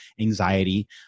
anxiety